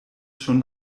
schon